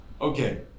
Okay